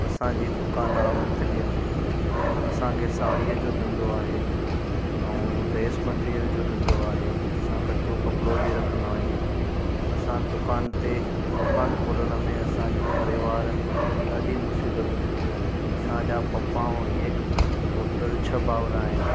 असांजी दुकानु आहे वंथलीअ में असांखे साड़ीअ जो धंधो आहे ऐं ड्रेस मेटिरियल जो धंधो आहे असां कचो कपिड़ो बि रखंदा आहियूं असां दुकानु ते दुकानु खोलण में असांजी परिवार ॾाढी मुसीबतूं ॾिठियूं आहिनि असांजा पप्पा ऐं हीअ टोटल छह भाउर आहिनि